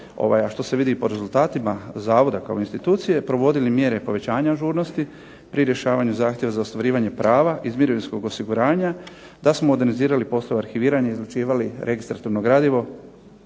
a što se vidi i po rezultatima Zavoda kao institucije provodili mjere povećanja ažurnosti pri rješavanju zahtjeva za ostvarivanje prava iz mirovinskog osiguranja, da smo modernizirali poslove arhiviranja i izlučivali registraturno gradivo.